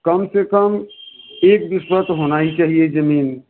कम से कम एक बीसवाँ तो होनी ही चाहिए ज़मीन